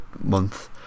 month